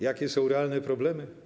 Jakie są realne problemy?